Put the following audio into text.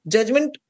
Judgment